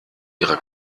ihre